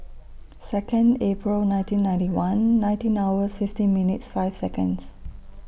Second April nineteen ninety one nineteen hours fifteen minutes five Seconds